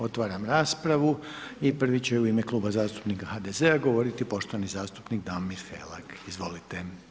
Otvaram raspravu i prvi će u ime Kluba zastupnika HDZ-a govoriti poštovani zastupnik Damir Felak, izvolite.